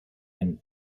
and